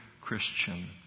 Christian